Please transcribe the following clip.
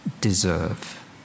deserve